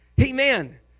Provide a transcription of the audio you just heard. Amen